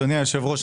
אדוני היושב-ראש,